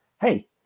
Hey